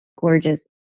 Gorgeous